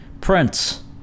Prince